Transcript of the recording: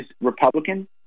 Republican